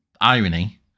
irony